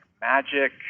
magic